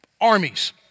armies